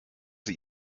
sie